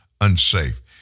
unsafe